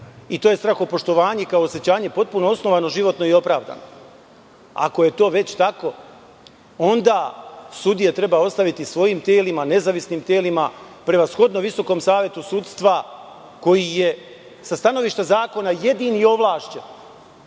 I to je strahopoštovanje kao osećanje potpuno osnovano, životno i opravdano. Ako je to već tako, onda sudije treba ostaviti svojim telima, nezavisnim telima, prevashodno Visokom savetu sudstva koji je sa stanovišta zakona jedini ovlašćen